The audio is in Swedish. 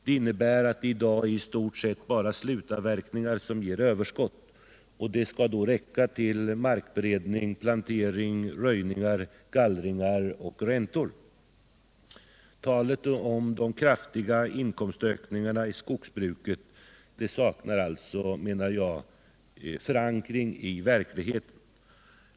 Det innebär att det i dag i stort sett bara är slutavverkningar som ger överskott, och det skall då räcka till markberedning, plantering, röjning, gallring och räntor. Talet om de kraftiga inkomstökningarna i skogsbruket saknar alltså, menar jag, förankring i verkligheten.